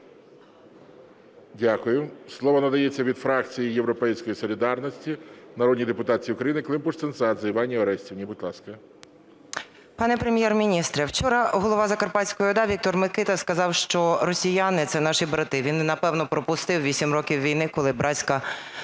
Дякую. Слово надається від фракції "Європейської солідарності" народній депутатці України Климпуш-Цинцадзе Іванні Орестівні, будь ласка. 11:22:34 КЛИМПУШ-ЦИНЦАДЗЕ І.О. Пане Прем'єр-міністр, вчора Голова Закарпатської ОДА Віктор Микита сказав, що росіяни – це наші брати, він, напевно, пропустив 8 років війни, коли братська